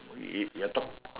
if you're talking